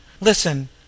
Listen